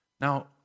Now